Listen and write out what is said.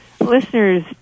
listeners